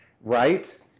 Right